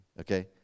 Okay